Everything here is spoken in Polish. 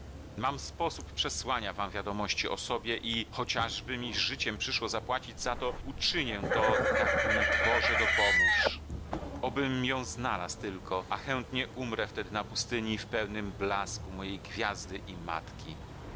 mam sposób przesłania wam wiadomości o sobie i chociażby mi życiem przyszło zapłacić za to uczynię to tak mi boże dopomóż obym ją znalazł tylko a chętnie umrę wtedy na pustyni w pełnym blasku mojej gwiazdy i matki